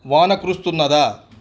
వాన కురుస్తున్నదా